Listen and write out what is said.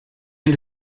end